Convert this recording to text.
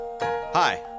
Hi